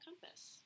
compass